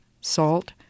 salt